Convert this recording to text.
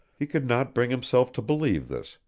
he could not bring himself to believe this,